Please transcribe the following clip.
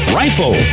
rifle